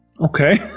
Okay